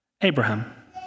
Abraham